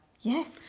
Yes